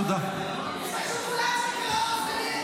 תודה רבה.